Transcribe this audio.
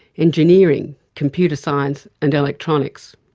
engineering, computer science and electronics